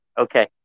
Okay